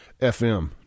FM